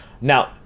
now